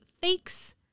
fakes